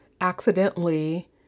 accidentally